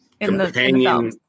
Companion